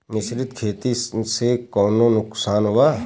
मिश्रित खेती से कौनो नुकसान वा?